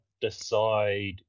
decide